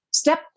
Step